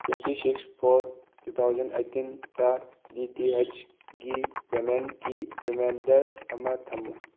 twenty six four two thousand eighteen D T H ꯒꯤ ꯄꯦꯃꯦꯟꯀꯤ reminder ꯑꯃ ꯊꯝꯃꯨ